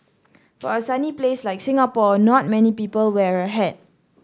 for a sunny place like Singapore not many people wear a hat